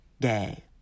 gay